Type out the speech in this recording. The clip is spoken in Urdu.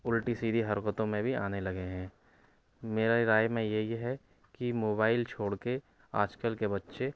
الٹی سیدھی حرکتوں میں بھی آنے لگے ہیں میرے رائے میں یہی ہے کہ موبائل چھوڑ کے آج کل کے بچے